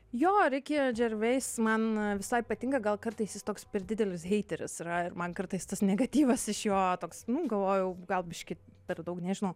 jo ricky gervais man visai patinka gal kartais jis toks per didelis heiteris yra ir man kartais tas negatyvas iš jo toks nu galvojau gal biškį per daug nežinau